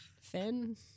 Finn